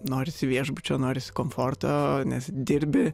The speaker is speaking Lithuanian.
norisi viešbučio norisi komforto nes dirbi